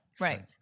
right